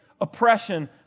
Oppression